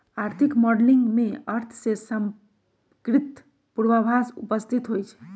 आर्थिक मॉडलिंग में अर्थ से संपर्कित पूर्वाभास उपस्थित होइ छइ